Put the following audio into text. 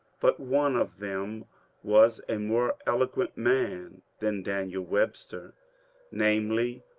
but one of them was a more eloquent man than daniel webster namely,